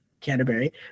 Canterbury